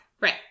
Right